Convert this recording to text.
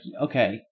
okay